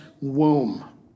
womb